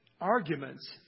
arguments